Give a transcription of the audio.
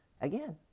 again